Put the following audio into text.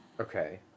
Okay